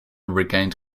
regained